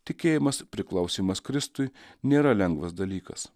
tikėjimas priklausymas kristui nėra lengvas dalykas